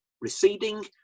receding